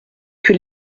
que